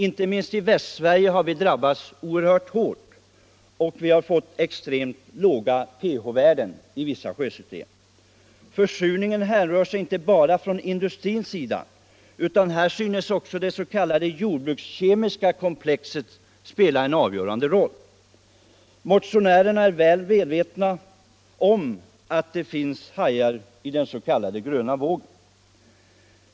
Inte minst i Västsverige har vi drabbats oerhört hårt och har i vissa sjösystem fått extremt låga pH-värden. Försurningen härrör sig inte bara från industrin utan här synes också det s.k. jordbrukskemiska komplexet spela en avgörande roll. Motionärerna är väl medvetna om att det finns hajar i den s.k. gröna vågen.